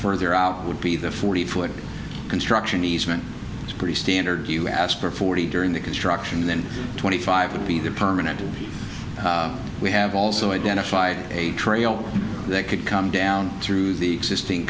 further out would be the forty foot construction easement is pretty standard you ask for forty during the construction then twenty five would be the permanent we have also identified a trail that could come down through the existing